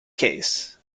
case